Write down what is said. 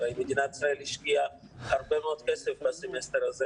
הרי מדינת ישראל השקיעה הרבה מאוד כסף בסמסטר הזה